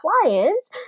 clients